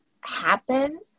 happen